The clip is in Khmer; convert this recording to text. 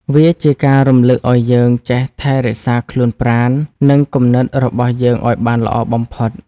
វាជាការរំលឹកឱ្យយើងចេះថែរក្សាខ្លួនប្រាណ និងគំនិតរបស់យើងឱ្យបានល្អបំផុត។